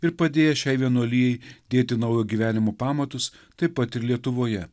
ir padėjęs šiai vienuolijai dėti naujo gyvenimo pamatus taip pat ir lietuvoje